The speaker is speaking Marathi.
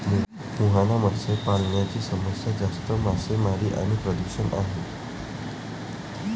मुहाना मत्स्य पालनाची समस्या जास्त मासेमारी आणि प्रदूषण आहे